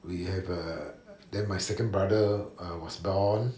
we have err then my second brother was born